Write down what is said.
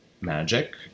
magic